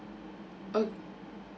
O